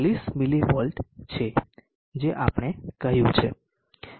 44 અથવા 440 mv છે જે આપણે કહ્યું છે